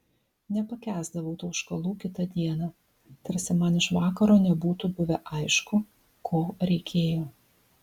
nepakęsdavau tauškalų kitą dieną tarsi man iš vakaro nebūtų buvę aišku ko reikėjo